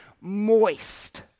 Moist